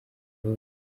hose